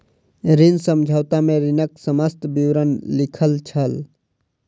ऋण समझौता में ऋणक समस्त विवरण लिखल छल